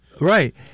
Right